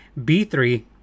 B3